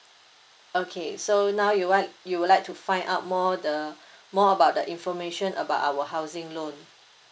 okay so now you want you would like to find out more the more about the information about our housing loan